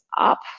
up